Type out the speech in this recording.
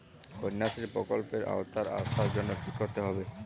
কন্যাশ্রী প্রকল্পের আওতায় আসার জন্য কী করতে হবে?